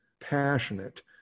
passionate